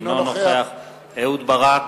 אינו נוכח אהוד ברק,